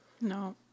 No